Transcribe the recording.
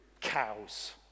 cows